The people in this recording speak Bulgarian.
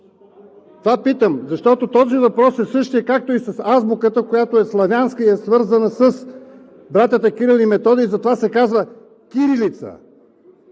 Това питам, защото този въпрос е същият, както и с азбуката, която е славянска и е свързана с братята Кирил и Методий, и затова се казва „кирилица“.